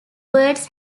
birds